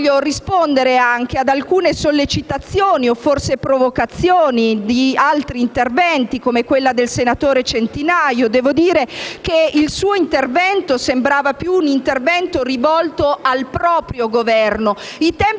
Voglio poi rispondere ad alcune sollecitazioni o forse a delle provocazioni contenute in altri interventi, come quello del senatore Centinaio. Devo dire che il suo sembrava più un intervento rivolto al proprio Governo.